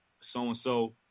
so-and-so